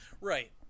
Right